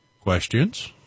Questions